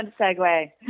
segue